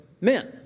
men